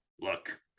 look